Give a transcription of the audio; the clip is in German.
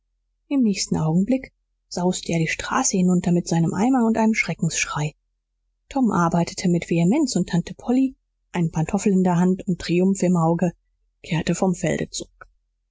im nächsten augenblick sauste er die straße hinunter mit seinem eimer und einem schreckensschrei tom arbeitete mit vehemenz und tante polly einen pantoffel in der hand und triumph im auge kehrte vom felde zurück